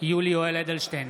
יולי יואל אדלשטיין,